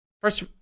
first